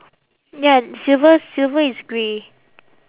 ya silver silver is grey